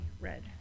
red